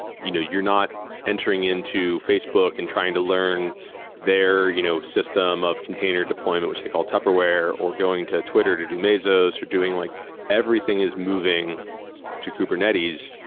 you know you're not entering into facebook and trying to learn their you know system of container deployment, which they call tupperware, or going to twitter to do mesos, or doing like everything is moving to kubernetes.